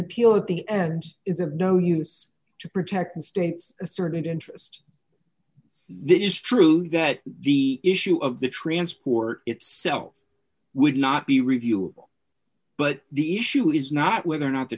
appeal at the end is of no use to protect the state's asserted interest this is true that the issue of the transport itself would not be reviewable but the issue is not whether or not the